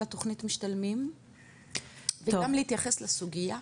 התוכנית משתלמים וגם להתייחס לסוגייה.